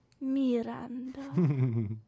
Miranda